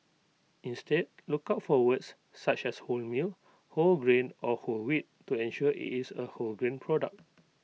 instead look out for words such as wholemeal whole grain or whole wheat to ensure IT is A wholegrain product